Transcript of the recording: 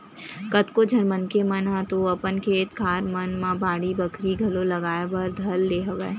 कतको झन मनखे मन ह तो अपन खेत खार मन म बाड़ी बखरी घलो लगाए बर धर ले हवय